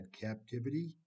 captivity